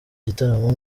gitaramo